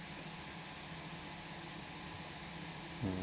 mm